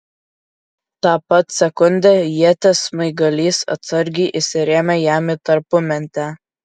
tą pat sekundę ieties smaigalys atsargiai įsirėmė jam į tarpumentę